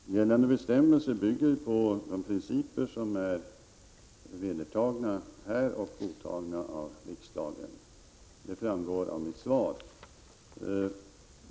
Fru talman! Gällande bestämmelser bygger på de principer som är vedertagna och som godtagits av riksdagen. Det framgår av mitt svar.